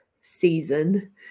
season